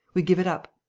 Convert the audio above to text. we give it up.